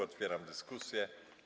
Otwieram dyskusję.